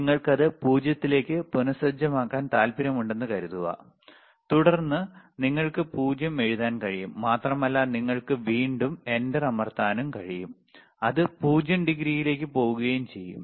നിങ്ങൾക്കത് 0 ലേക്ക് പുനസജ്ജമാക്കാൻ താൽപ്പര്യമുണ്ടെന്ന് കരുതുക തുടർന്ന് നിങ്ങൾക്ക് 0 എഴുതാൻ കഴിയും മാത്രമല്ല നിങ്ങൾക്ക് വീണ്ടും എന്റർ അമർത്താനും കഴിയും അത് 0 ഡിഗ്രിയിലേക്ക് പോകുകയും ചെയ്യും